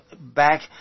back